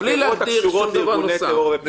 ואני